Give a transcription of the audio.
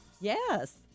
Yes